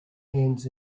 hands